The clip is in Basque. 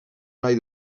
nahi